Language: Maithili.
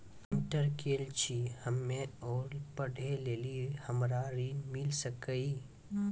इंटर केल छी हम्मे और पढ़े लेली हमरा ऋण मिल सकाई?